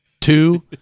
Two